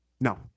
No